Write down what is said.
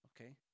Okay